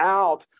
out